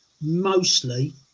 mostly